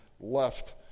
left